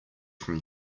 from